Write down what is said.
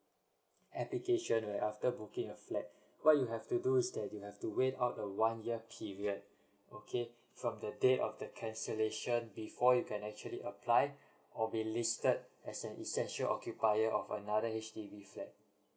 application right after booking a flat what you have to do is that you have to wait up a one year period okay from the day of the cancellation before you can actually apply or be listed as an essential occupier of another H_D_B flat